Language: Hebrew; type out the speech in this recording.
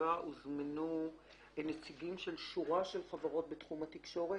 לישיבה הוזמנו נציגי שורה של חברות בתחום התקשורת.